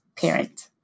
parent